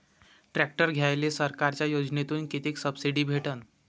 Tractor घ्यायले सरकारच्या योजनेतून किती सबसिडी भेटन?